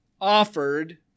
offered